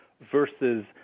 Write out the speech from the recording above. versus